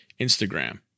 Instagram